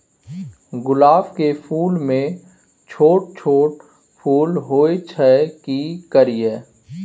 गुलाब के फूल में छोट छोट फूल होय छै की करियै?